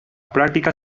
práctica